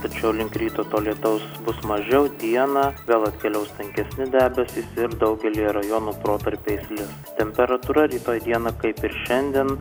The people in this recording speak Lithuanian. tačiau link ryto to lietaus bus mažiau dieną vėl atkeliaus tankesni debesys ir daugelyje rajonų protarpiais lis temperatūra rytoj dieną kaip ir šiandien